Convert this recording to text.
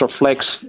reflects